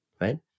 right